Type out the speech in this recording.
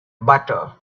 butter